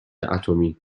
اتمی